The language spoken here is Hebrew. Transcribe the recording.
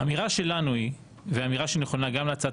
האמירה שלנו היא וזו אמירה שנכונה גם להצעת